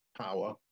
power